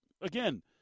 Again